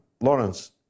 Lawrence